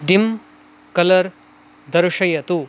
dim colour दर्शयतु